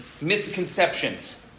misconceptions